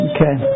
Okay